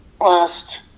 last